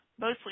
mostly